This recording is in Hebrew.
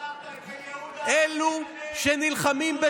וכשאתה שלחת את בן יהודה לקלל כל יום את סילמן,